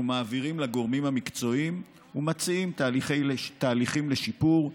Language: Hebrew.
אנחנו מעבירים לגורמים המקצועיים ומציעים תהליכים לשיפור,